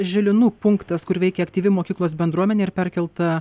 žilinų punktas kur veikia aktyvi mokyklos bendruomenė ir perkelta